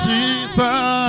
Jesus